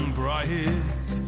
bright